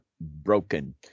broken